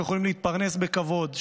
שיוכלו להתפרנס בכבוד,